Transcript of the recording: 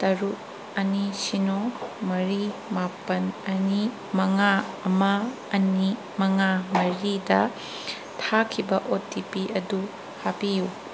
ꯇꯔꯨꯛ ꯑꯅꯤ ꯁꯤꯅꯣ ꯃꯔꯤ ꯃꯥꯄꯜ ꯑꯅꯤ ꯃꯉꯥ ꯑꯃ ꯑꯅꯤ ꯃꯉꯥ ꯃꯔꯤꯗ ꯊꯥꯈꯤꯕ ꯑꯣ ꯇꯤ ꯄꯤ ꯑꯗꯨ ꯍꯥꯞꯄꯤꯎ